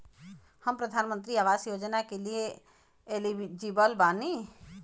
हम प्रधानमंत्री आवास योजना के लिए एलिजिबल बनी?